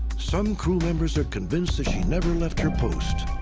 some crew members are convinced that she never left her post.